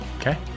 Okay